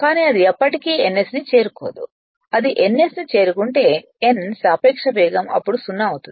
కానీ అది ఎప్పటికీ ns ను చేరుకోదు అది ns ను చేరుకుంటే n సాపేక్ష వేగం అప్పుడు 0 అవుతుంది